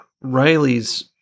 Riley's